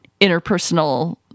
interpersonal